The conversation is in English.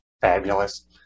Fabulous